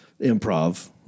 Improv